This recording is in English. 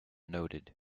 noted